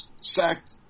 sacked